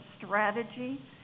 strategy